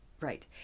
right